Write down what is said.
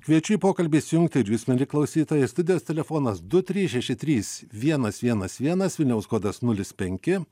kviečiu į pokalbį įsijungti ir jus mieli klausytojai studijos telefonas du trys šeši trys vienas vienas vienas vilniaus kodas nulis penki